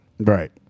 Right